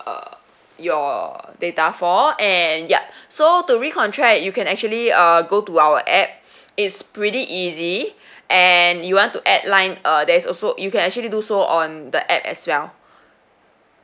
uh your data for and yup so to recontract you can actually uh go to our app it's pretty easy and you want to add line uh there's also you can actually do so on the app as well